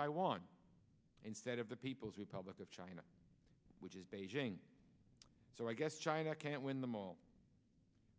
taiwan instead of the people's republic of china which is beijing so i guess china can't win them all